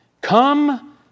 Come